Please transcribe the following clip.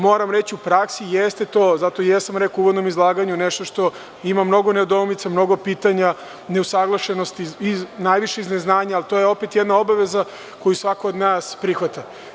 Moram reći, u praksi jeste to, zato i jesam rekao u uvodnom izlaganju nešto što ima mnogo nedoumica, mnogo pitanja, neusaglašenosti najviše iz neznanja, a to je opet jedna obaveza koju svako od nas prihvata.